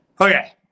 okay